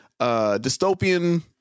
dystopian